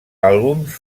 àlbums